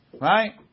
Right